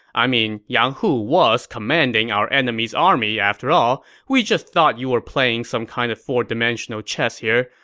i mean, yang hu was commanding our enemy's army after all. we just thought you were playing some kind of four-dimensional chess here,